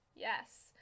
Yes